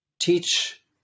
teach